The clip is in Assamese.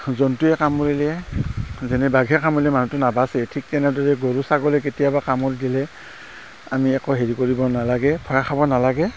জন্তুৱে কামোৰিলে যেনে বঘােৰ কামোৰিলে মানুহটো নাবাছে ঠিক তেনেদৰে গৰু ছাগলীয়ে কেতিয়াবা কামোৰি দিলে আমি একো হেৰি কৰিব নালাগে ভয় খাব নালাগে